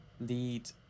lead